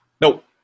Nope